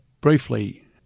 briefly